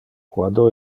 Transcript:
quando